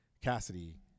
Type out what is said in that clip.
Cassidy